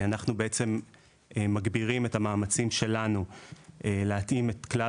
אנחנו מגבירים את המאמצים שלנו להתאים את כלל